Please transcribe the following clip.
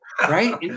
right